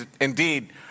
indeed